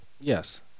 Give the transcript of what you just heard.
Yes